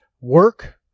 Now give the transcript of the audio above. work